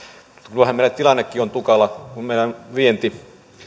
kyllähän meillä tilannekin on tukala kun meidän vientimme